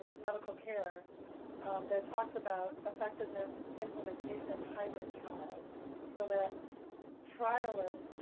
medical care that talks about effectiveness implementation hybrid trials so that trialists